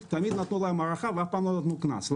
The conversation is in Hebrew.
תמיד נתנו להם הארכה ואף פעם לא נתנו קנס,